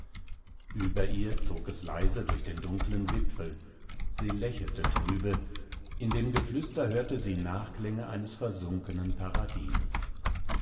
ueber ihr zog es leise durch den dunklen wipfel sie lächelte trübe in dem geflüster hörte sie nachklänge eines versunkenen paradieses